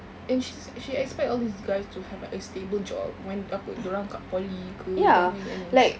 and she's she expect all these guys to have like a stable job when apa dorang kat poly ke serving N_S